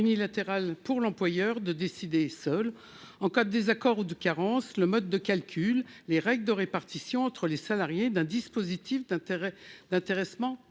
pour l'employeur de décider, seul, en cas de désaccord ou de carence, le mode de calcul et les règles de répartition entre les salariés d'un dispositif d'intéressement